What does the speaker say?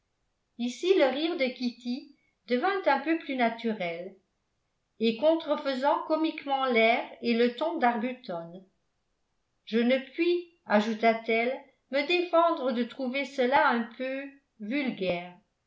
ici le rire de kitty devint un peu plus naturel et contrefaisant comiquement l'air et le ton d'arbuton je ne puis ajouta-t-elle me défendre de trouver cela un peu vulgaire